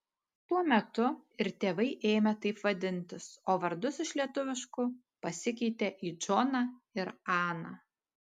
tuo metu ir tėvai ėmė taip vadintis o vardus iš lietuviškų pasikeitė į džoną ir aną